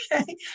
Okay